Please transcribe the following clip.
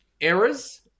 Errors